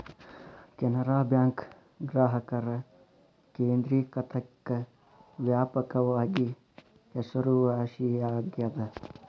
Canara bank ಗ್ರಾಹಕರ ಕೇಂದ್ರಿಕತೆಕ್ಕ ವ್ಯಾಪಕವಾಗಿ ಹೆಸರುವಾಸಿಯಾಗೆದ